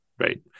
right